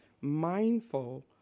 mindful